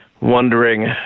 wondering